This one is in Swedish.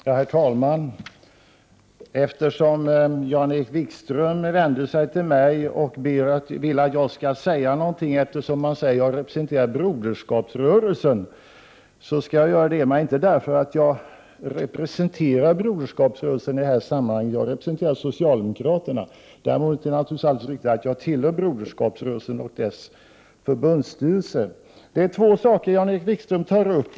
Herr talman! Jan-Erik Wikström vände sig till mig och ville att jag skulle säga någonting eftersom jag, som han sade, representerar Broderskapsrörelsen. Jag skall göra det, men inte därför att jag representerar Broderskapsrörelsen i det här sammanhanget — jag representerar socialdemokraterna. Däremot är det naturligtvis alldeles riktigt att jag tillhör Broderskapsrörelsen och dess förbundsstyrelse. Det är två saker Jan-Erik Wikström tar upp.